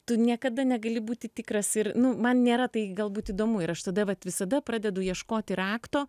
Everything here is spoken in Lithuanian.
tu niekada negali būti tikras ir nu man nėra tai galbūt įdomu ir aš tada vat visada pradedu ieškoti rakto